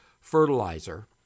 fertilizer